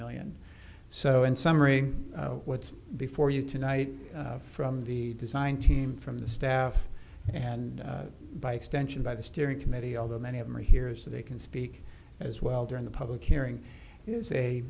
million so in summary what's before you tonight from the design team from the staff and by extension by the steering committee although many of them are here so they can speak as well during the public hearing is a